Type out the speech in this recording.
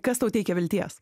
kas tau teikia vilties